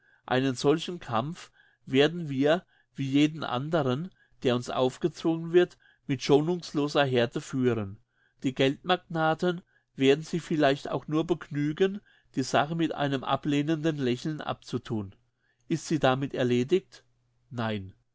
einen solchen kampf werden wir wie jeden anderen der uns aufgezwungen wird mit schonungsloser härte führen die geldmagnaten werden sich vielleicht auch nur begnügen die sache mit einem ablehnenden lächeln abzuthun ist sie damit erledigt nein